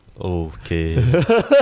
Okay